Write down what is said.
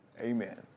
Amen